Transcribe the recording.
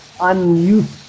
unused